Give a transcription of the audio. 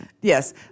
Yes